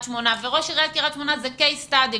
שמונה וראש עיריית קריית שמונה זה קייס סטאדי,